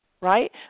right